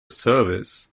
service